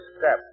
step